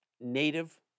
native